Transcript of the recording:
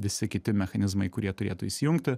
visi kiti mechanizmai kurie turėtų įsijungti